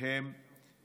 שהם